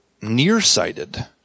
nearsighted